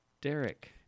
Derek